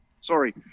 Sorry